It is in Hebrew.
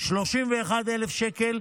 31,000 שקל,